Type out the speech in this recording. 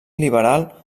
liberal